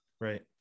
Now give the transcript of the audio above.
right